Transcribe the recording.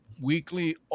weekly